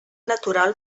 natural